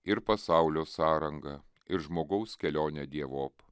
ir pasaulio sąrangą ir žmogaus kelionę dievop